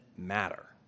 matter